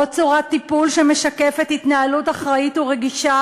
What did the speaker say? לא צורת טיפול שמשקפת התנהלות אחראית ורגישה